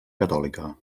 catòlica